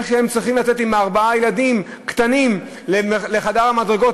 איך הם צריכים לצאת עם ארבעה ילדים קטנים לחדר המדרגות,